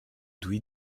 douy